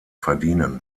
verdienen